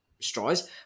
straws